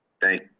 Thank